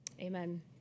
Amen